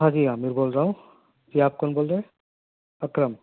ہاں جی عامر بول رہا ہوں جی آپ کون بول رہے ہیں اکرم